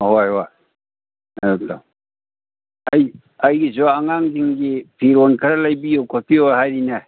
ꯍꯣꯏ ꯍꯣꯏ ꯑꯩꯒꯤꯁꯨ ꯑꯉꯥꯡꯁꯤꯡꯒꯤ ꯐꯤꯔꯣꯟ ꯈꯔ ꯂꯩꯕꯤꯌꯨ ꯈꯣꯠꯄꯤꯌꯨ ꯍꯥꯏꯔꯤꯅꯦ